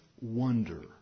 wonder